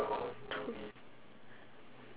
two